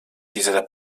dieser